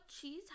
cheese